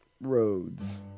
roads